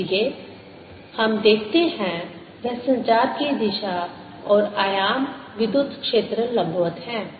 इसलिए हम देखते हैं वह संचार की दिशा और आयाम विद्युत क्षेत्र लंबवत हैं